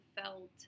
felt